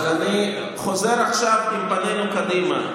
אבל אני חוזר עכשיו עם פנינו קדימה.